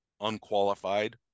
unqualified